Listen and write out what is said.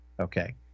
Okay